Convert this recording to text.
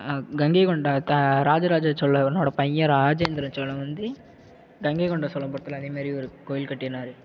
கங்கை கொண்ட ராஜராஜ சோழனோடய பையன் ராஜேந்திர சோழன் வந்து கங்கை கொண்ட சோழபுரத்தில் அதே மாதிரி ஒரு கோயில் கட்டினார்